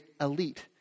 elite